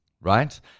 right